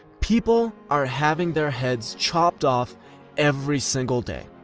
people are having their heads chopped off every single day.